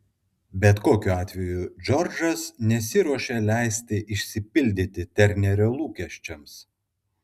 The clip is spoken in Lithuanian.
bet kokiu atveju džordžas nesiruošė leisti išsipildyti ternerio lūkesčiams